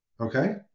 okay